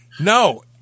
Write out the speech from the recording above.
No